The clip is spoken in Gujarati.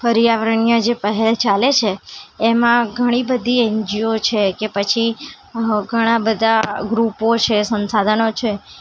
પર્યાવરણીય જે પહેલ ચાલે છે એમાં ઘણી બધી એન જી ઓ છે કે પછી ઘણાં બધાં ગ્રૂપો છે સંસાધનો છે